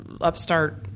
upstart